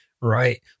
Right